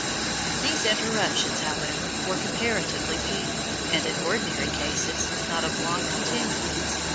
these interruptions, however, were comparatively few, and, in ordinary cases, not of long continuance.